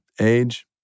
age